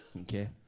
okay